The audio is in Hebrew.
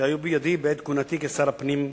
שהיו בידי בעת כהונתי כשר הפנים,